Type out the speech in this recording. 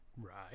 Right